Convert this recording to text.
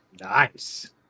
Nice